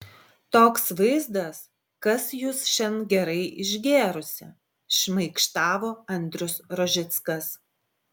toks vaizdas kas jūs šian gerai išgėrusi šmaikštavo andrius rožickas